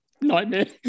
nightmare